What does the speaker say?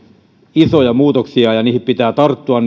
isoja muutoksia ja niihin mahdollisuuksiin pitää tarttua